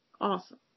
awesome